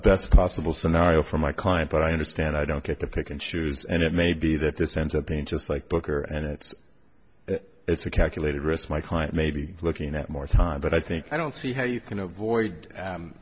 best possible scenario for my client but i understand i don't get to pick and choose and it may be that this ends up being just like poker and it's it's a calculated risk my client may be looking at more time but i think i don't see how you can avoid